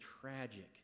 tragic